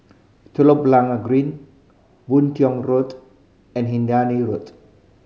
Telok Blangah Green Boon Tiong Road and Hindhede Road